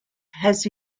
has